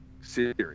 series